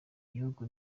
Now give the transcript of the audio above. gihugu